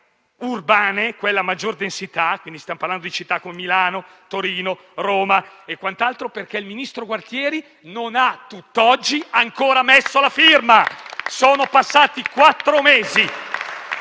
urbane, quelle a maggior densità - stiamo parlando di città come Milano, Torino, Roma e così via - perché il ministro Gualtieri non ha ad oggi ancora messo la firma. Sono passati quattro mesi.